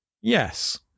Yes